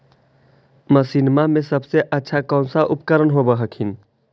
मसिनमा मे सबसे अच्छा कौन सा उपकरण कौन होब हखिन?